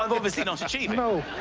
um obviously not achieving. no.